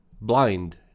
blind